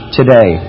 today